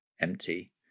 empty